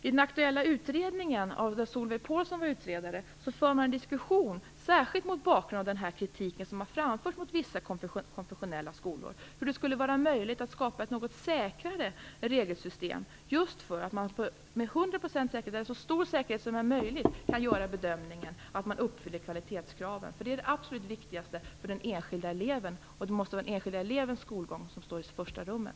I den aktuella utredningen, då Solveig Påhlsson var utredare, för man en diskussion, särskilt mot bakgrund av den kritik som har framförts mot vissa konfessionella skolor, om hur det skulle vara möjligt att skapa ett något säkrare regelsystem just för att man med så stor säkerhet som möjligt skall kunna göra bedömningen huruvida skolorna uppfyller kvalitetskraven. Det är det absolut viktigaste för den enskilda eleven, och det måste vara den enskilda elevens skolgång som skall stå i främsta rummet.